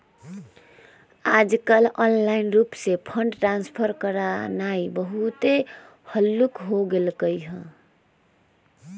याजकाल ऑनलाइन रूप से फंड ट्रांसफर करनाइ बहुते हल्लुक् हो गेलइ ह